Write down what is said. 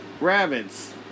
rabbits